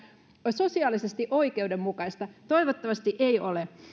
sosiaalisesti oikeudenmukaista toivottavasti ei ole